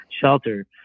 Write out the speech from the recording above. shelter